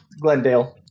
Glendale